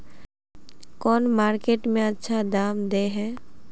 कौन मार्केट में अच्छा दाम दे है?